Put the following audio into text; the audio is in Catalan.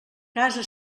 casa